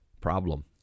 problem